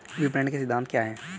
विपणन के सिद्धांत क्या हैं?